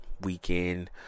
Weekend